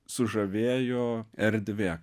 sužavėjo erdvė